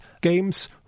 games